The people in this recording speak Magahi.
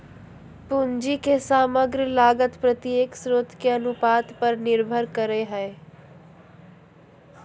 पूंजी के समग्र लागत प्रत्येक स्रोत के अनुपात पर निर्भर करय हइ